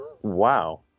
Wow